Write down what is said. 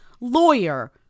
lawyer